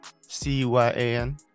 C-Y-A-N